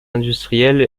industrielles